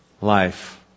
Life